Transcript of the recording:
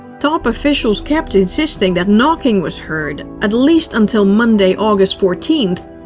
top officials kept insisting that knocking was heard at least until monday, august fourteenth.